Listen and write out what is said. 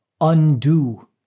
undo